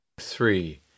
Three